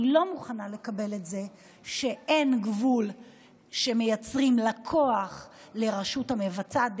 אני לא מוכנה לקבל את זה שאין גבול שמייצרים לכוח של הרשות המבצעת,